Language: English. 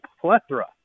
plethora